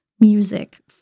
music